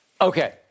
Okay